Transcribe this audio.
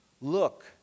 Look